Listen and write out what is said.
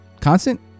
constant